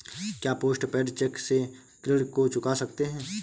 क्या post paid cheque से ऋण को चुका सकते हैं?